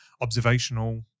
observational